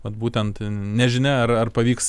vat būtent nežinia ar ar pavyks